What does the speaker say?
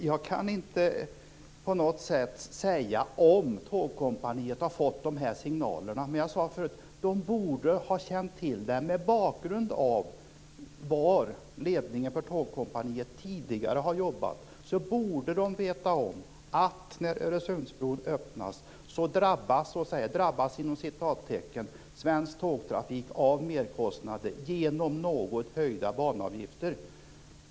Fru talman! Jag kan inte säga om Tågkompaniet har fått de här signalerna. Men jag sade förut att de borde ha känt till det. Mot bakgrund av var ledningen för Tågkompaniet tidigare har jobbat borde de veta att när Öresundsbron öppnas kommer svensk tågtrafik att "drabbas" av merkostnader genom något höjda banavgifter.